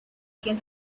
can